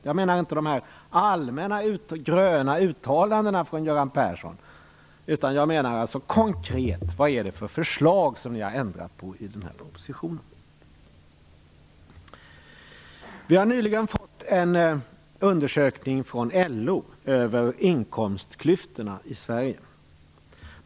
Jag menar inte de allmänna gröna uttalandena från Göran Persson, utan jag menar alltså konkret. Vad är det för förslag som ni har ändrat på i propositionen? Vi har nyligen fått en undersökning från LO över inkomsklyftorna i Sverige.